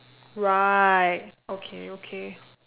right okay okay